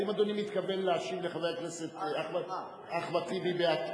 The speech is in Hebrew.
האם אדוני מתכוון להשיב לחבר הכנסת אחמד טיבי?